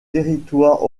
territoires